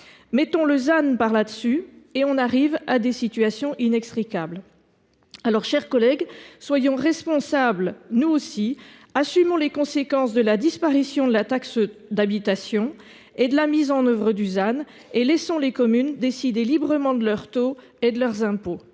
y le ZAN, et l’on aboutit à des situations inextricables. Mes chers collègues, soyons responsables, nous aussi : assumons les conséquences de la disparition de la taxe d’habitation et de la mise en œuvre du ZAN, et laissons les communes décider librement de leurs taux et de leurs impôts